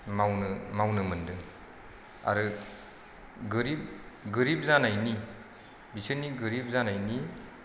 मावनो मोनदों आरो गोरिब जानायनि बिसोरनि गोरिब जानायनि